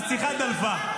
השיחה דלפה.